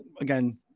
again